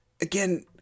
Again